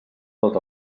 tot